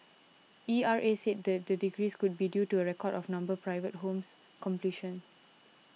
E R A said the decrease could be due to a record of number private homes completion